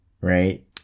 Right